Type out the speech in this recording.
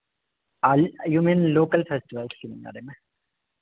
you mean local festivals के में